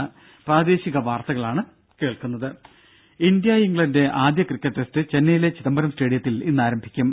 ദ്ദേ India England ആദ്യ cricket test ചെന്നൈയിലെ ചിദംബരം സ്റ്റേഡിയത്തിൽ ഇന്ന് ആരംഭിക്കും